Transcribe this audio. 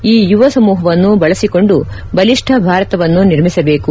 ಈ ಯುವ ಸಮೂಹವನ್ನು ಬಳಸಿಕೊಂಡು ಬಲಿಷ್ಣ ಭಾರತವನ್ನು ನಿರ್ಮಿಸಬೇಕು